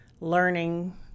learning